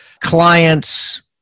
clients